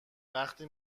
وقتی